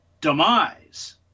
demise